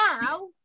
now